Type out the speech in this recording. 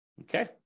okay